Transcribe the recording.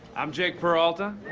i'm jake peralta.